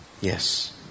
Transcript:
yes